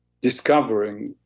discovering